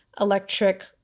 electric